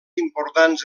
importants